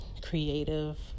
creative